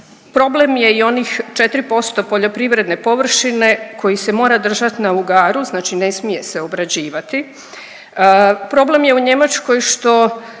Problem je i onih 4% poljoprivredne površine koji se mora držat na ugaru, znači ne smije se obrađivati, problem je u Njemačkoj što